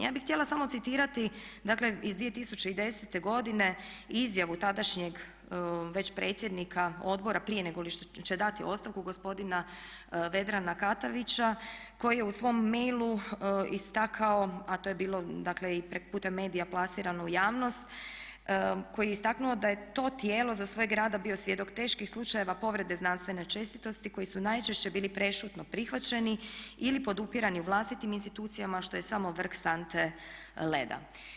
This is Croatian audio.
Ja bih htjela samo citirati dakle iz 2010. godine izjavu tadašnjeg već predsjednika odbora prije negoli će dati ostavku gospodina Vedrana Katavića koji je u svom mailu istakao, a to je bilo dakle i preko puta medija plasirano u javnost, koji je istaknuo da je to tijelo za svog rada bio svjedok teških slučajeva povrede znanstvene čestitosti koji su najčešće bili prešutno prihvaćeni ili podupirani u vlastitim institucijama a što je samo vrh sante leda.